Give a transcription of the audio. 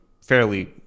fairly